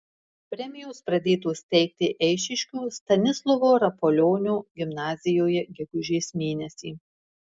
premijos pradėtos teikti eišiškių stanislovo rapolionio gimnazijoje gegužės mėnesį